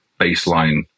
baseline